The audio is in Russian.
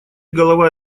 голова